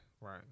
right